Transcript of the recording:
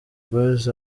boyz